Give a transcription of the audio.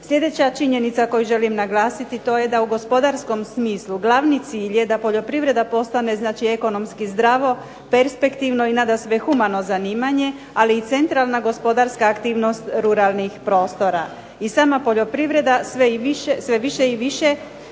Sljedeća činjenica koju želim naglasiti to je da u gospodarskom smislu glavni cilj je da poljoprivreda postane znači ekonomski zdravo, perspektivno i nadasve humano zanimanje, ali i centralna gospodarska aktivnost ruralnih prostora. I sama poljoprivreda sve više i više